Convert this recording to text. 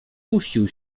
puścił